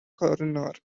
coroner